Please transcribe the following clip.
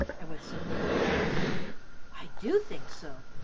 and with simple directness i do think so,